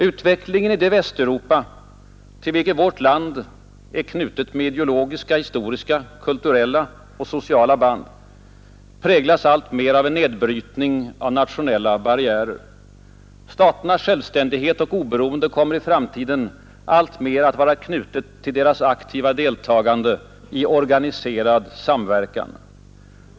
Utvecklingen i det Västeuropa, till vilket vårt land är knutet med ideologiska, historiska, kulturella och sociala band, präglas alltmer av en nedbrytning av nationella barriärer. Staternas självständighet och oberoende kommer i framtiden alltmer att knytas till deras aktiva deltagande i organiserad samverkan.